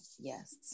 yes